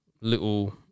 little